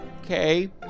Okay